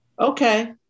Okay